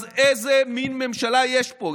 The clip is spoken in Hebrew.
אז איזה מין ממשלה יש פה?